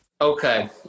Okay